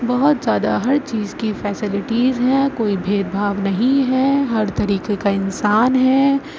بہت زیادہ ہر چیز کی فیسلٹیز ہیں کوئی بھید بھاؤ نہیں ہے ہر طریقے کا انسان ہے